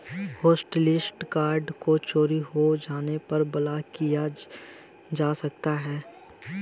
hotlisted card को चोरी हो जाने पर ब्लॉक भी कराया जा सकता है